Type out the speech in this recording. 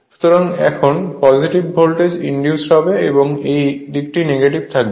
সুতরাং এখানে positive voltage induced হবে এবং এই দিকটি নেগেটিভ থাকবে